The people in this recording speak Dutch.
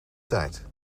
tijd